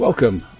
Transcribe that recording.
Welcome